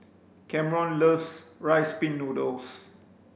Camron loves rice pin noodles